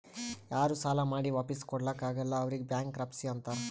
ಯಾರೂ ಸಾಲಾ ಮಾಡಿ ವಾಪಿಸ್ ಕೊಡ್ಲಾಕ್ ಆಗಲ್ಲ ಅವ್ರಿಗ್ ಬ್ಯಾಂಕ್ರಪ್ಸಿ ಅಂತಾರ್